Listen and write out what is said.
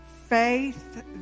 Faith